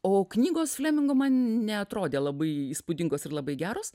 o knygos flemingo man neatrodė labai įspūdingos ir labai geros